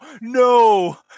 no